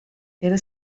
era